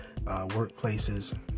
workplaces